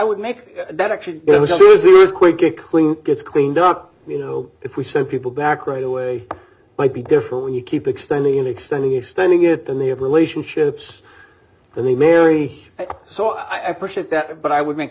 would make that actually it was a quick get cleaned gets cleaned up you know if we send people back right away might be different when you keep extending in extending extending it and they have relationships that we marry so i appreciate that but i would make